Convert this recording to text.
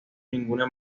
ninguna